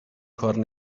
کار